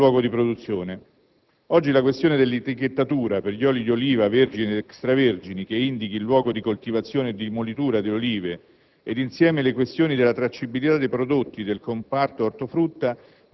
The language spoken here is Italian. senza che vi sia alcuna tracciabilità che renda possibile risalire al luogo di produzione. Oggi la questione dell'etichettatura per gli oli di oliva, vergini ed extravergini, che indichi il luogo di coltivazione e di molitura delle olive,